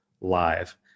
live